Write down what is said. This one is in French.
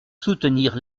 soutenir